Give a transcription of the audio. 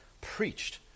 preached